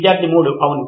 విద్యార్థి 3 అవును